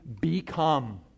become